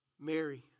Mary